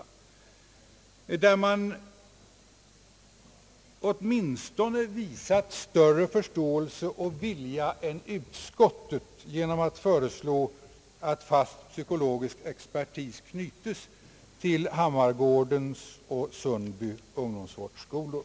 I reservationen har man åtminstone visat större förståelse och vilja än utskottet genom att föreslå att fast psykologisk expertis knytes till Hammargårdens och Sundbo ungdomsvårdsskolor.